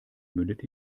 mündet